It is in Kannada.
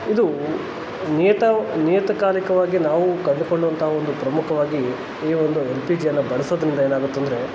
ಇದೂ ನಿಯತ ನಿಯತಕಾಲಿಕವಾಗಿ ನಾವು ಕಂಡುಕೊಳ್ಳುವಂಥ ಒಂದು ಪ್ರಮುಖವಾಗಿ ಈ ಒಂದು ಎಲ್ ಪಿ ಜಿಯನ್ನು ಬಳಸೋದ್ರಿಂದ ಏನಾಗುತ್ತಂದರೆ